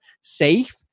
safe